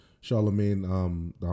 Charlemagne